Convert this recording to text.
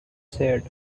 said